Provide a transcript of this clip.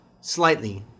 slightly